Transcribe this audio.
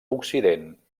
occident